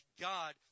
God